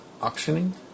auctioning